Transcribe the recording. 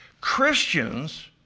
Christians